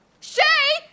Shay